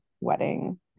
wedding